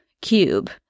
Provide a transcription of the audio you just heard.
cube